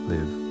Live